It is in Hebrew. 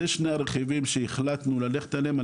זה שני הרכיבים שהחלטנו ללכת עליהם,